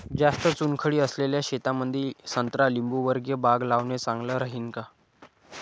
जास्त चुनखडी असलेल्या शेतामंदी संत्रा लिंबूवर्गीय बाग लावणे चांगलं राहिन का?